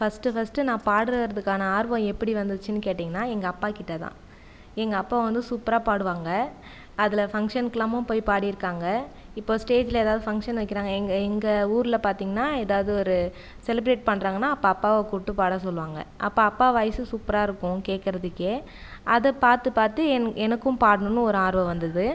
first first நான் பாடுகிறதுக்கான ஆர்வம் எப்படி வந்துச்சுன்னா கேட்டீங்கன்னா எங்கள் அப்பா கிட்ட தான் எங்கள் அப்பா வந்து சூப்பராக பாடுவாங்கள் அதில் ஃபங்க்ஷன்க்குலாம் போய் பாடி இருக்காங்கள் இப்போ ஸ்டேஜில் ஏதாவது ஃபங்ஷன் வைக்குறாங்கள் எங்கள் எங்கள் ஊரில் பார்த்தீங்கன்னா ஏதாவது ஒரு செலிப்ரேட் பண்ணுறாங்கன்னா அப்போ அப்பாவை கூப்பிட்டு பாட சொல்லுவாங்கள் அப்போ அப்பா வாய்ஸ் சூப்பராக இருக்கும் கேட்குறதுக்கே அதை பார்த்து பார்த்து எனக்கு பாடணும் ஒரு ஆர்வம் வந்தது